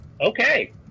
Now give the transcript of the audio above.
Okay